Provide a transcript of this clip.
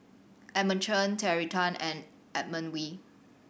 Edmund Chen Terry Tan and Edmund Wee